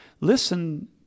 Listen